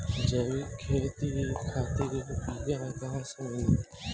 जैविक खेती खातिर बीया कहाँसे मिली?